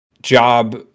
job